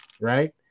Right